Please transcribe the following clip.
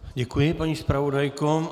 Děkuji, paní zpravodajko.